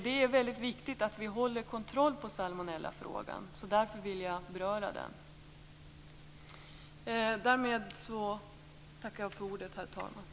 Det är väldigt viktigt att vi håller kontroll på salmonellafrågan. Därför ville jag nämna den. Därmed tackar jag för ordet, herr talman.